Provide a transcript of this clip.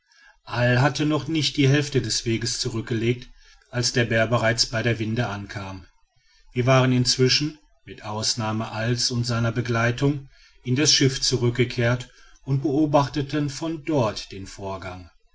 hatte noch nicht die hälfte des weges zurückgelegt als der bär bereits bei der winde ankam wir waren inzwischen mit ausnahme alls und seiner begleitung in das schiff zurückgekehrt und beobachteten von dort den vorgang